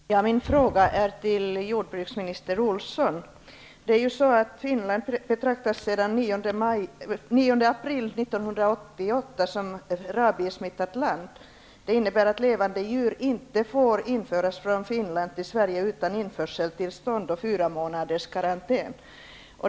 Fru talman! Min fråga riktar sig till jordbruksminister Karl Erik Olsson. Finland betraktas sedan den 9 april 1988 som ett land där rabiessmitta finns. Det innebär att levande djur inte får införas från Finland till Sverige utan införseltillstånd och fyra månaders karantän.